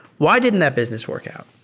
why didn't that business work out?